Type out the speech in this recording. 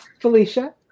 Felicia